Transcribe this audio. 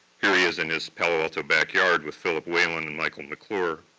here he is in his palo alto backyard with philip whalen and michael mcclure